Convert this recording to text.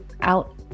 out